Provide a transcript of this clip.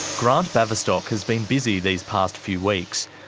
grant baverstock has been busy these past few weeks.